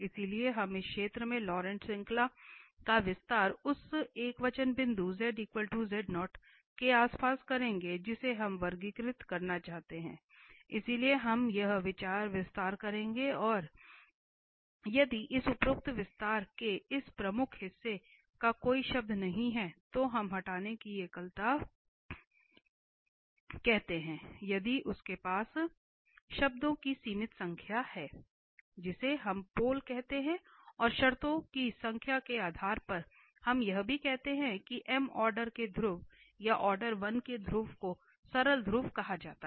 इसलिए हम इस क्षेत्र में लॉरेंट श्रृंखला का विस्तार उस एकवचन बिंदु के आसपास करेंगे जिसे हम वर्गीकृत करना चाहते हैं इसलिए हम यह विस्तार करेंगे और यदि इस उपरोक्त विस्तार के इस प्रमुख हिस्से का कोई शब्द नहीं है तो हम हटाने की एकलता कहते हैं यदि उसके पास शब्दों की सीमित संख्या है जिसे हम पोल कहते हैं और शर्तों की संख्या के आधार पर हम यह भी कहते हैं कि m ऑर्डर के ध्रुव या ऑर्डर 1 के ध्रुव को सरल ध्रुव कहा जाता है